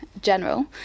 General